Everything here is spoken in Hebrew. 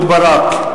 נגד אהוד ברק,